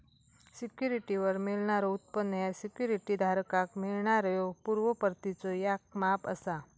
सिक्युरिटीवर मिळणारो उत्पन्न ह्या सिक्युरिटी धारकाक मिळणाऱ्यो पूर्व परतीचो याक माप असा